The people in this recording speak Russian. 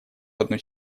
одну